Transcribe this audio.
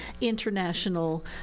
international